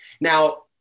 Now